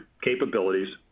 capabilities